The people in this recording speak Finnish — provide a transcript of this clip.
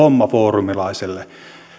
hommaforumilaisille